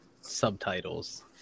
subtitles